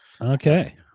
okay